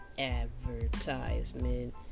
advertisement